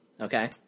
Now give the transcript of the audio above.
Okay